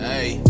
Hey